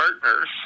partners